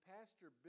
Pastor